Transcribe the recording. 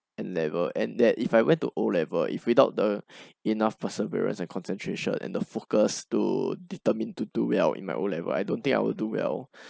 N level and that if I went to O level if without the enough perseverance and concentration and the focus to determine to do well in my O level I don't think I will do well